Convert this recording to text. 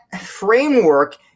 framework